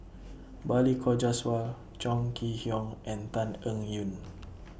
Balli Kaur Jaswal Chong Kee Hiong and Tan Eng Yoon